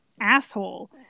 asshole